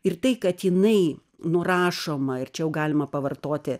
ir tai kad jinai nurašoma ir čia jau galima pavartoti